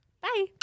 Bye